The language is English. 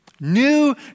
new